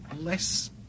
less